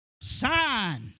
sign